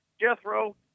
Jethro